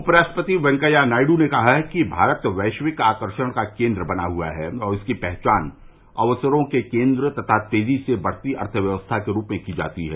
उपराष्ट्रपति वेंकैया नायडू ने कहा है कि भारत वैश्विक आकर्षण का केन्द्र बना हुआ है और इसकी पहचान अवसरों के केन्द्र तथा तेजी से बढ़ती अर्थव्यवस्था के रूप में की जाती है